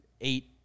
eight